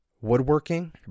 woodworking